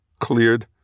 Cleared